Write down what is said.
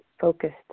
focused